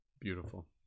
Beautiful